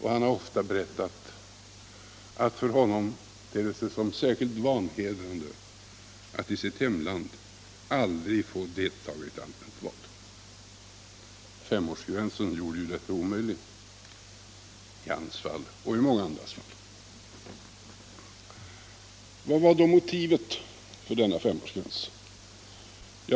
Han har ofta berättat att det för honom ter sig som särskilt vanhedrande att i sitt hemland aldrig få delta i ett allmänt val. Femårsgränsen gjorde detta omöjligt i hans liksom i så många andras fall. Vad var då motivet för denna femårsgräns?